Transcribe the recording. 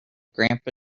grandpa